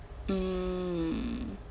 mm